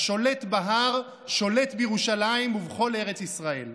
השולט בהר שולט בירושלים ובכל ארץ ישראל.